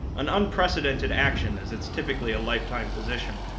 an unprecedented action as it's typically a lifetime position.